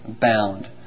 bound